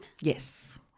Yes